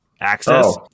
access